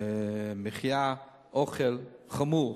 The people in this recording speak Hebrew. מחיה, אוכל, חמור,